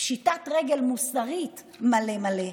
פשיטת רגל מוסרית מלא מלא.